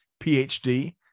PhD